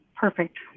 Perfect